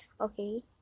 Okay